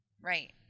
Right